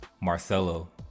Marcelo